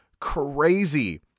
crazy